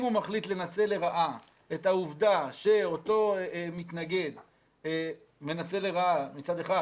אם הוא מחליט לנצל לרעה את העובדה שאותו מתנגד מנצל לרעה מצד אחד,